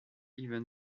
even